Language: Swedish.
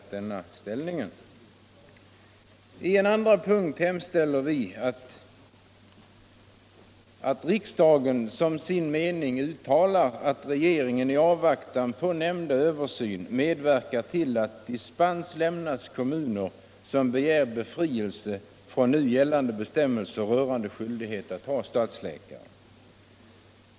I en andra punkt i motionen hemställer vi att riksdagen som sin mening uttalar att regeringen i avvaktan på den nämnda översynen medverkar till att dispens lämnas kommuner som begär befrielse från nu gällande bestämmelser rörande skyldighet att ha stadsläkare.